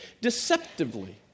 deceptively